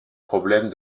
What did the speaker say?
problèmes